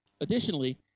Additionally